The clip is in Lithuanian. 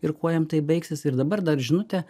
ir kuo jam tai baigsis ir dabar dar žinutė